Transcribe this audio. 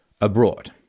abroad